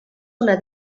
una